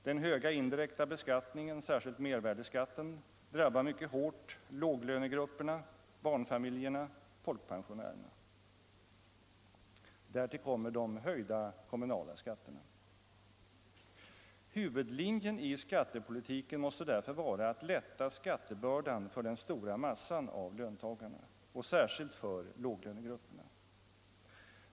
Den höga indirekta beskattningen, särskilt mervärdeskatten, drabbar mycket hårt låglönegrupperna, barnfamiljerna och folkpensionärerna. Därtill kommer de höjda kommunala skatterna. Huvudlinjen i skattepolitiken måste därför vara att lätta skattebördan för den stora massan av löntagare, särskilt för låglönegrupperna.